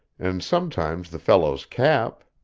and sometimes the fellow's cap.